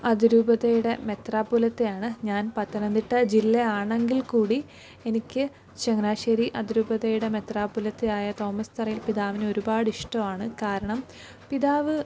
അതിരൂപതയുടെ മേത്തറാപുലത്തെയാണ് ഞാൻ പത്തനംതിട്ട ജില്ല ആണെങ്കിൽക്കൂടി എനിക്ക് ചങ്ങനാശ്ശേരി അതിരൂപതയുടെ മേത്തറാപുലത്തെ ആയ തോമസ് തറയിൽ പിതാവിനെ ഒരുപാട് ഇഷ്ടമാണ് കാരണം പിതാവ്